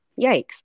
yikes